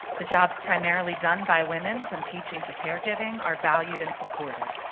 the jobs primarily done by women from teaching to caregiving, are valued and supported.